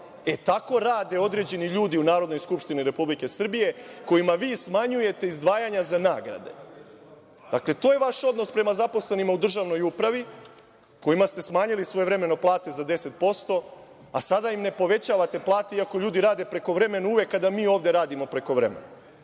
E, tako rade određeni ljudi u Narodnoj skupštini Republike Srbije kojima vi smanjujete izdvajanja za nagrade. Dakle, to je vaš odnos prema zaposlenima u državnoj upravi, kojima ste svojevremeno smanjili plate za 10%, a sada im ne povećavate plate iako ljudi rade prekovremeno uvek kada mi ovde radimo prekovremeno. To